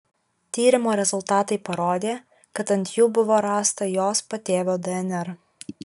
tyrimo rezultatai parodė kad ant jų buvo rasta jos patėvio dnr